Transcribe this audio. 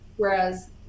Whereas